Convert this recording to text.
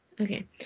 Okay